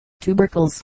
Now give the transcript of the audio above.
tubercles